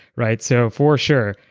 right? so for sure,